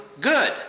good